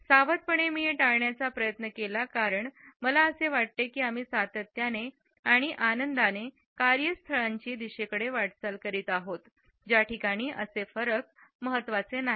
सावधपणे मी हे टाळण्याचा प्रयत्न केला कारण मला असे वाटते की आम्ही सातत्याने आणि आनंदानेकार्यस्थळांची दिशेकडे वाटचाल करीत आहोत ज्या ठिकाणी असे फरक महत्वाचे नाहीत